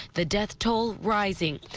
the death toll rising.